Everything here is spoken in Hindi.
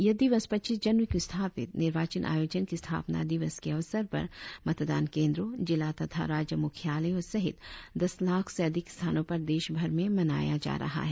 यह दिवस पच्चीस जनवरी को स्थापित निर्वाचन आयोजन के स्थापना दिवस के अवसर पर मतदान केंद्रों जिला तथा राज्य मुख्यालयों सहित दस लाख से अधिक स्थानों पर देश भर में मनाया जा रहा है